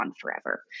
forever